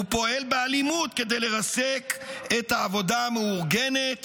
ופועל באלימות כדי לרסק את העבודה המאורגנת